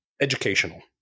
educational